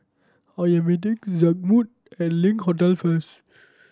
I am meeting Zigmund at Link Hotel first